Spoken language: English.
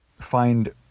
find